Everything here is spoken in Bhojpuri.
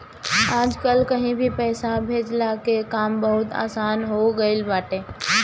आजकल कहीं भी पईसा भेजला के काम बहुते आसन हो गईल बाटे